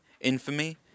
infamy